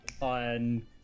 on